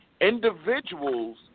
individuals